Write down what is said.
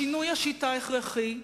שינוי השיטה הכרחי,